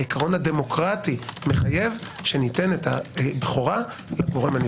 העיקרון הדמוקרטי מחייב שניתן את הבכורה לגורם הנבחר.